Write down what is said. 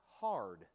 hard